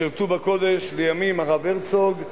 שירתו בקודש לימים הרב הרצוג,